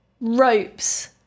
ropes